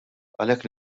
għalhekk